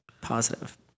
positive